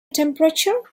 temperature